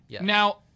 Now